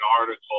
article